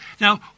Now